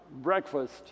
breakfast